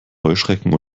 heuschrecken